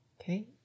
okay